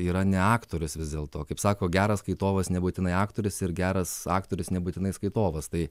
yra ne aktorius vis dėlto kaip sako geras skaitovas nebūtinai aktorius ir geras aktorius nebūtinai skaitovas tai